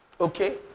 okay